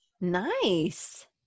Nice